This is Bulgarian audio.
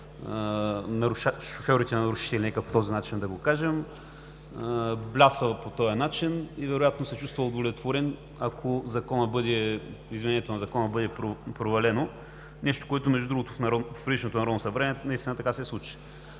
шофьорите-нарушители, нека по този начин да го кажем, блясва по този начин и вероятно се чувства удовлетворен, ако изменението на Закона бъде провалено – нещо, което между другото в предишното Народно събрание, наистина се случи.